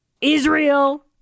Israel